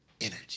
energy